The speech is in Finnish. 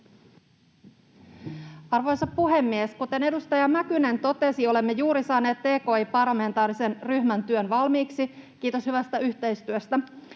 Arvoisa puhemies! Kuten edustaja Mäkynen totesi, olemme juuri saaneet parlamentaarisen tki-ryhmän työn valmiiksi. Kiitos hyvästä yhteistyöstä.